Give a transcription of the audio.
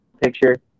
picture